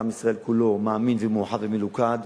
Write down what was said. כשעם ישראל כולו מאמין ומאוחד ומלוכד,